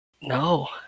No